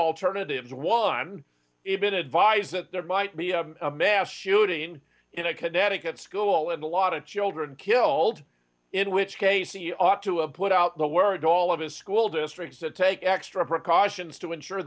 alternatives one even advised that there might be a mass shooting in a connecticut school and a lot of children killed in which case he ought to a put out the word all of his school districts to take extra precautions to ensure